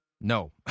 no